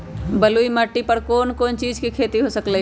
बलुई माटी पर कोन कोन चीज के खेती हो सकलई ह?